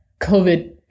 covid